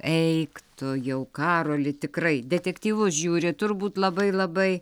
eik tu jau karoli tikrai detektyvus žiūri turbūt labai labai